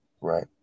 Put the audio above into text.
Right